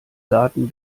garten